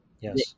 Yes